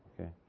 okay